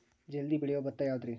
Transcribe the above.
ಜಲ್ದಿ ಬೆಳಿಯೊ ಭತ್ತ ಯಾವುದ್ರೇ?